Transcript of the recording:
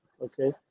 okay